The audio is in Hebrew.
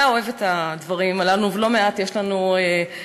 אתה אוהב את הדברים הללו, ולא פעם יש לנו שיחות,